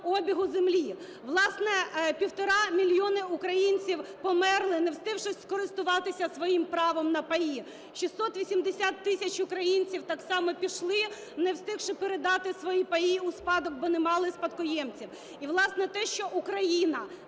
обігу землі. Власне, 1,5 мільйона українців померли, не встигши скористуватися своїм правом на паї. 680 тисяч українців так само пішли, не встигши передати свої паї у спадок, бо не мали спадкоємців. І, власне, те, що Україна